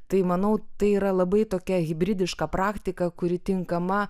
tai manau tai yra labai tokia hibridiška praktika kuri tinkama